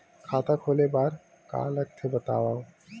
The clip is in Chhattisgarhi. खाता खोले बार का का लगथे बतावव?